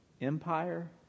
empire